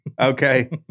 Okay